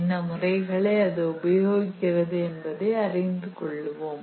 என்ன முறைகளை அது உபயோகிக்கிறது என்பதை அறிந்து கொள்வோம்